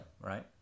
right